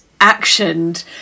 actioned